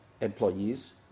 employees